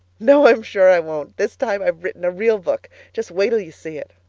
no, i'm sure i won't! this time i've written a real book. just wait till you see it.